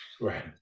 Right